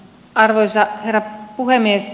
arvoisa herra puhemies